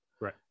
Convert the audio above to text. right